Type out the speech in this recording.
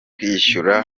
kwishyura